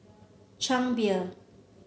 Chang Beer